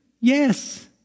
Yes